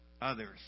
others